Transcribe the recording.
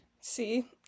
See